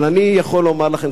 אבל אני יכול לומר לכם,